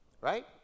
right